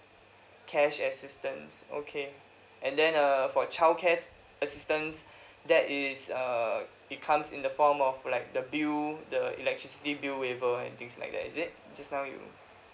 cash assistance okay and then uh for childcare's assistance that is uh it comes in the form of like the bill the electricity bill waiver and things like that is it just now you